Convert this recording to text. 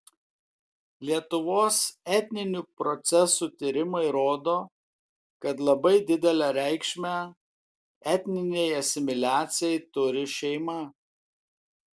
lietuvos etninių procesų tyrimai rodo kad labai didelę reikšmę etninei asimiliacijai turi šeima